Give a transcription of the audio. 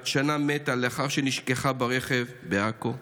בת שנה מתה לאחר שנשכחה ברכב בעכו.